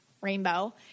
rainbow